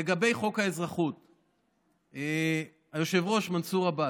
לגבי חוק האזרחות, היושב-ראש מנסור עבאס,